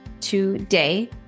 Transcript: today